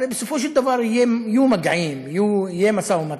הרי בסופו של דבר יהיו מגעים, יהיה משא-ומתן.